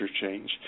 change